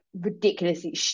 ridiculously